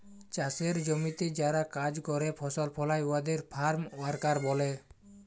চাষের জমিতে যারা কাজ ক্যরে ফসল ফলায় উয়াদের ফার্ম ওয়ার্কার ব্যলে